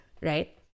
right